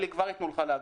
אלי, כבר ייתנו לך להגיב.